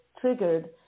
triggered